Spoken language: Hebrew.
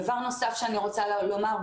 דבר נוסף שאני רוצה לומר.